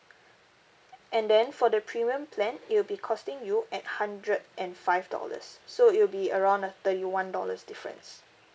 and then for the premium plan it will be costing you at hundred and five dollars so it will be around a thirty one dollars difference